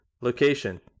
location